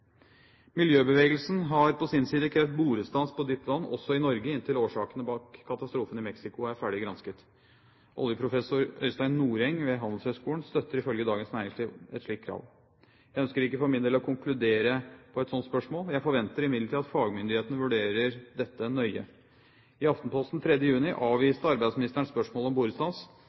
Miljøbevegelsen har på sin side krevd borestans på dypt vann også i Norge inntil årsakene bak katastrofen i Mexicogolfen er ferdig gransket. Oljeprofessor Øystein Noreng ved Handelshøyskolen BI støtter ifølge Dagens Næringsliv også et slikt krav. Jeg ønsker ikke for min del å konkludere på et slikt spørsmål. Jeg forventer imidlertid at fagmyndighetene vurderer dette nøye. I Aftenposten 3. juni avviste arbeidsministeren spørsmålet om borestans